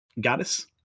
goddess